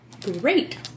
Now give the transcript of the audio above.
Great